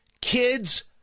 kids